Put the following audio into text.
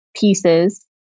pieces